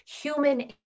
human